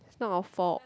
it's not our fault